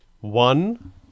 one